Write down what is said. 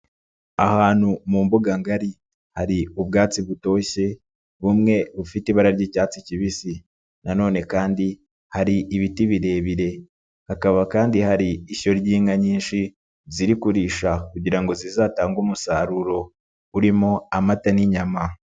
Ahantu mu mbuga ngari hari ubwatsi butoshye bumwe ufite ibara ry'icyatsi kibisi, na none kandi hari ibiti birebire, hakaba kandi hari ishyo ry'inka nyinshi ziri kurisha kugirango ngo zizatange umusaruro urimo amata n'inyama.